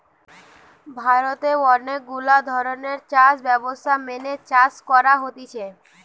ভারতে অনেক গুলা ধরণের চাষ ব্যবস্থা মেনে চাষ করা হতিছে